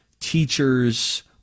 teachers